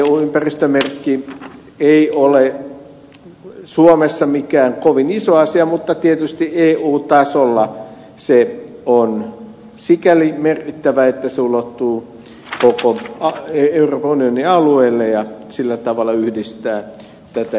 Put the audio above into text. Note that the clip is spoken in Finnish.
eu ympäristömerkki ei ole suomessa mikään kovin iso asia mutta tietysti eu tasolla se on sikäli merkittävä että se ulottuu koko euroopan unionin alueelle ja sillä tavalla yhdistää ympäristömerkitsemistä